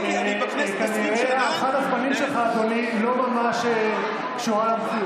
אינני, אדוני, אתה נוכח כאן,